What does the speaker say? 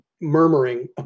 murmuring